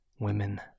women